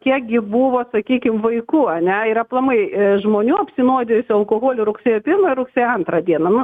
kiekgi buvo sakykim vaikų ane ir aplamai žmonių apsinuodijusių alkoholiu rugsėjo pirmą ir rugsėjo antrą dieną nu